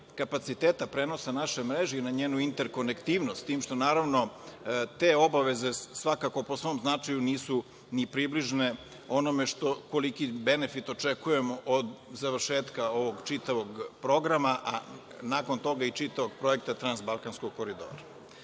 kapaciteta prenosa naše mreže i na njenu interkonektivnost, s tim što, naravno, te obaveze svakako po svom značaju nisu ni približne onome koliki benefit očekujemo od završetka ovog čitavog programa, a nakon toga i čitavog projekta Transbalkanskog koridora. Dakle,